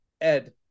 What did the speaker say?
Ed